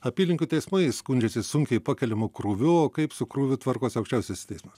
apylinkių teismai skundžiasi sunkiai pakeliamu krūviu kaip su krūviu tvarkosi aukščiausiasis teismas